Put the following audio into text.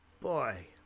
Boy